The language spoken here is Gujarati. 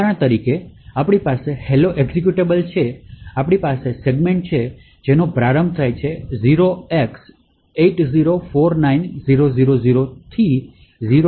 તેથી ઉદાહરણ તરીકે આપણી પાસે હેલો એક્ઝેક્યુટેબલ છે આપણી પાસે સેગમેન્ટ્સ છે જેનો પ્રારંભ થાય છે 0x8049000 થી 0x804a000